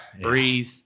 breathe